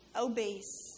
obese